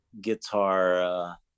guitar